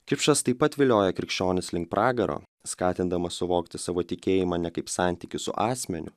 kipšas taip pat vilioja krikščionis link pragaro skatindamas suvokti savo tikėjimą ne kaip santykį su asmeniu